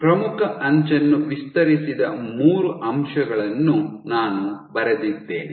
ಪ್ರಮುಖ ಅಂಚನ್ನು ವಿಸ್ತರಿಸಿದ ಮೂರು ಅಂಶಗಳನ್ನು ನಾನು ಬರೆದಿದ್ದೇನೆ